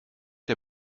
der